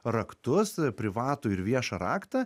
raktus privatų ir viešą raktą